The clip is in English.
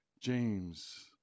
James